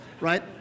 right